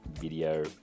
video